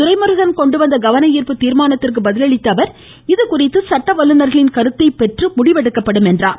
துரைமுருகன் கொண்டுவந்த கவன ஈர்ப்பு தீர்மானத்திற்கு பதில் அளித்த அவர் இதுதொடர்பாக சட்ட வல்லுனர்களின் கருத்தை பெற்று முடிவெடுக்கப்படும் என்றார்